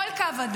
קרעי.